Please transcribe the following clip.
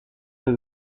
the